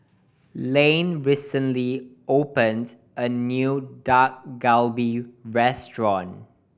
Layne recently opened a new Dak Galbi Restaurant